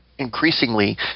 increasingly